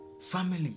Family